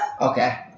Okay